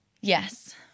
Yes